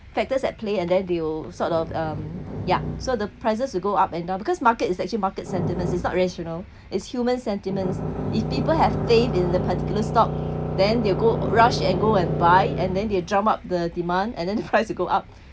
factors at play and then they'll sort of um ya so the prices will go up and down because market is actually market sentiment it's not rational is human sentiment if people have stayed in the particular stock then they'll go rush and go and buy and then they drum up the demand and then prices go up